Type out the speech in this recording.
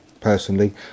personally